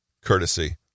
courtesy